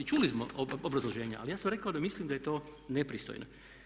Čuli smo obrazloženja ali ja sam rekao da mislim da je to nepristojno.